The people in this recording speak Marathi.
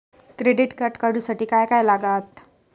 क्रेडिट कार्ड काढूसाठी काय काय लागत?